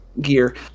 gear